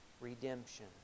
redemption